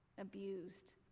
abused